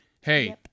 Hey